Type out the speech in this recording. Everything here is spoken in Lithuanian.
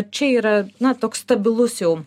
čia yra na toks stabilus jau